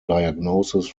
diagnosis